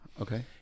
Okay